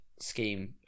scheme